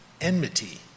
enmity